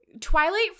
Twilight